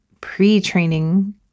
pre-training